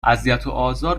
اذیتوآزار